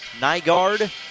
Nygaard